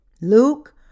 Luke